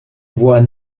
voix